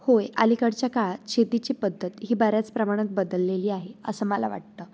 होय अलीकडच्या काळ शेतीची पद्धत ही बऱ्याच प्रमाणात बदललेली आहे असं मला वाटतं